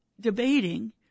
debating